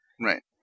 Right